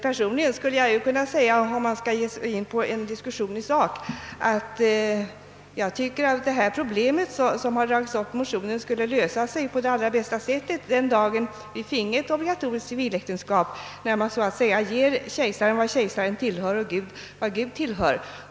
Personligen tycker jag nämligen, om vi nu skall ge oss in på en diskussion i sak, att det problem som aktualiserats i den nu behandlade motionen bäst skulle lösas genom att vi finge ett obligatoriskt civiläktenskap, så att man så att säga ger kejsaren vad kejsaren tillhör och Gud vad Gud tillhör.